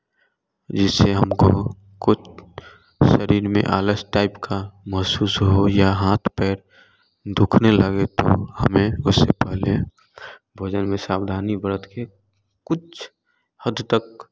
जिससे हमको कुछ शरीर में आलस टाइप का महसूस हो या हाथ पैर दुखने लगे तो हमें उससे पहले भोजन में सावधनी बरत के कुछ हद तक